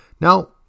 Now